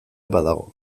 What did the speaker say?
badago